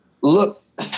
look